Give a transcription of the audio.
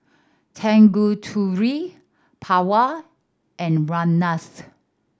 Tanguturi Pawan and Ramnath